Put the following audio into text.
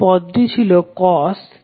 পদটি ছিল v i